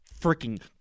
freaking